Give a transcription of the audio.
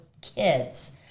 kids